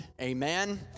Amen